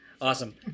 Awesome